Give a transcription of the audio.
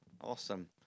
Awesome